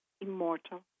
immortal